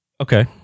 Okay